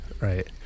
right